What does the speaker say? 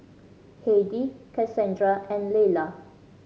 Heidi Kassandra and Leyla